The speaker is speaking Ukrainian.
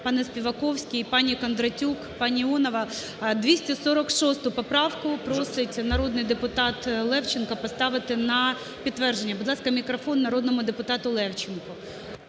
пане Співаковський, пані Кондратюк, пані Іонова, 246 поправку просить народний депутат Левченко поставити на підтвердження. Будь ласка, мікрофон народному депутату Левченку.